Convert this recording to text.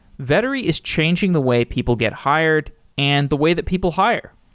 vettery is changing the way people get hired and the way that people hire.